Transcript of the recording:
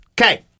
Okay